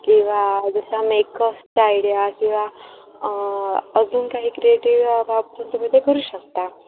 किंवा जसा मेकअपचा आयडिया किंवा अजून काही क्रिएटिव बाबती तुम्ही ते करू शकता